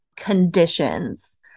conditions